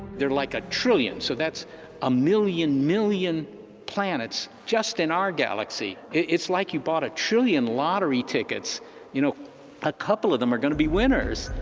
there like a trillion so that's a million million planets just in our galaxy it's like you bought a trillion lottery tickets you know a couple of them are gonna be winners,